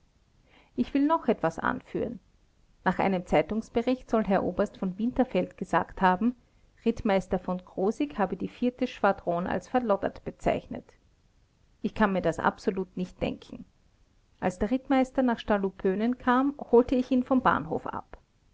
ich will noch etwas anführen nach einem zeitungsbericht soll herr oberst v winterfeld gesagt haben rittmeister v krosigk habe die schwadron als verloddert bezeichnet ich kann mir das absolut nicht denken als der rittmeister nach stallupönen kam holte ich ihn vom bahnhof ab